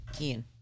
Ian